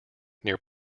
near